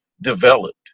developed